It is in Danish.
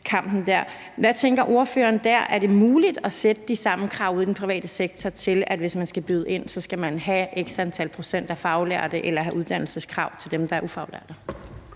Hvad tænker ordføreren dér? Er det muligt at stille de samme krav ude i den private sektor om, at hvis man skal byde ind, skal man have x antal procent faglærte eller have uddannelseskrav til dem, der er ufaglærte?